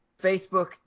Facebook